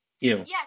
Yes